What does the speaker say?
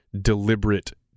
deliberate